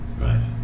Right